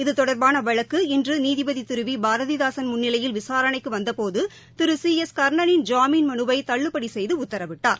இது தொடர்பான வழக்கு இன்று நீதிபதி திரு வி பாரதிதாசன் முன்னிலையில் விசாரணைக்கு வந்தபோது திரு சி எஸ் கா்ணனின் ஜாமீன் மனுவை தள்ளுபடி செய்து உத்தரவிட்டார்